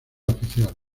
oficial